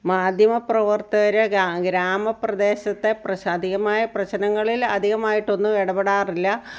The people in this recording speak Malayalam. മാധ്യമ പ്രവർത്തകർ ഗ്രാമ ഗ്രാമ പ്രദേശത്തെ പ്രശാധികമായ പ്രശ്നങ്ങളിൽ അധികമായിട്ടൊന്നും ഇടപെടാറില്ല